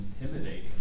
intimidating